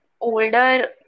older